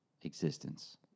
existence